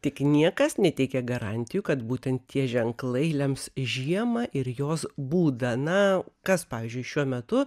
tik niekas neteikia garantijų kad būtent tie ženklai lems žiemą ir jos būdą na kas pavyzdžiui šiuo metu